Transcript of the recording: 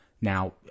Now